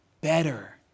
better